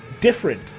different